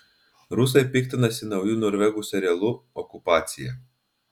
rusai piktinasi nauju norvegų serialu okupacija